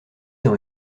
dans